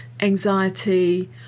anxiety